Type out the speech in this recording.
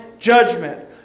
Judgment